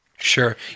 Sure